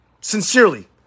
sincerely